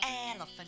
elephant